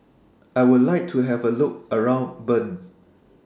I Would like to Have A Look around Bern